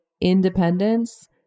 independence